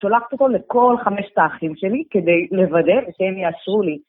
שולחת אותו לכל חמש האחים שלי כדי לוודא שהם יאשרו לי.